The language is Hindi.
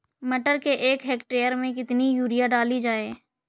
मटर के एक हेक्टेयर में कितनी यूरिया डाली जाए?